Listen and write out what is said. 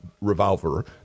revolver